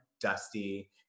dusty